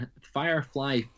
Firefly